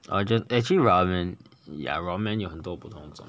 urgent actually ramen ya ramen 有很多不同种